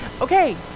Okay